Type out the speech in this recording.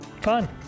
Fun